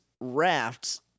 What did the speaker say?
rafts